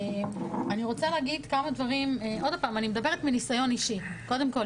אני מדברת מניסיון אישי קודם כול,